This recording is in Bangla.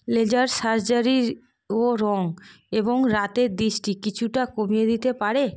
লেজার সার্জারি ও রঙ এবং রাতের দৃষ্টি কিছুটা কমিয়ে দিতে পারে